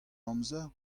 amzer